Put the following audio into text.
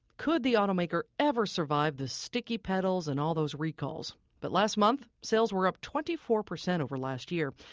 could the automaker ever survive the sticky pedals and all those recalls? but last month, sales were up twenty four percent over last year.